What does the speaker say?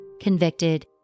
convicted